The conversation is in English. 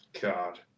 God